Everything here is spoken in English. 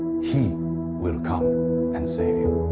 he will come and save you.